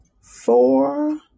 four